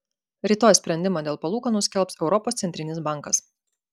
rytoj sprendimą dėl palūkanų skelbs europos centrinis bankas